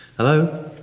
hello?